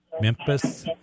Memphis